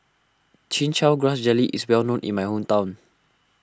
Chin Chow Grass Jelly is well known in my hometown